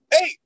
hey